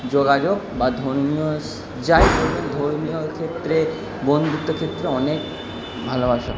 যোগাযোগ বা ধর্মীয় যাই হোক ধর্মীয় ক্ষেত্রে বন্ধুত্ব ক্ষেত্রে অনেক ভালোবাসা